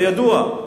זה ידוע.